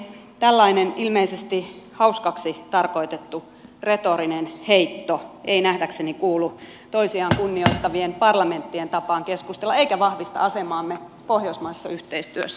tällainen ilmeisesti hauskaksi tarkoitettu retorinen heitto ei nähdäkseni kuulu toisiaan kunnioittavien parlamenttien tapaan keskustella eikä vahvista asemaamme pohjoismaisessa yhteistyössä